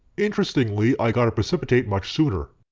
interestingly, i got a precipitate much sooner.